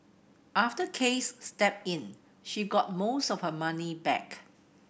after Case stepped in she got most of her money back